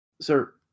Sir